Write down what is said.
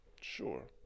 Sure